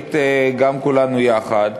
שנחליט גם, כולנו יחד,